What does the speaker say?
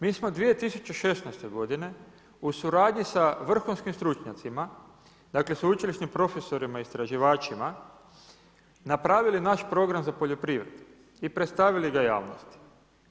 Mi smo 2016. godine u suradnji sa vrhunskim stručnjacima, dakle sveučilišnim profesorima istraživačima napravili naš program za poljoprivredu i predstavili ga javnosti.